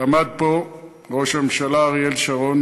עמד פה ראש הממשלה אריאל שרון